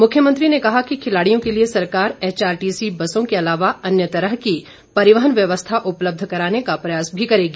मुख्यमंत्री ने कहा कि खिलाड़ियों के लिए सरकार एचआरटीसी बसों के अलावा अन्य तरह की परिवहन व्यवस्था उपलब्ध करवाने का प्रयास भी करेगी